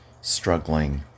struggling